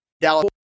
Dallas